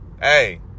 hey